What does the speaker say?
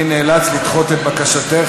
אני נאלץ לדחות את בקשתך,